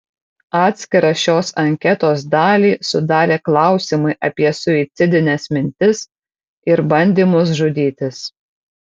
atskirą šios anketos dalį sudarė klausimai apie suicidines mintis ir bandymus žudytis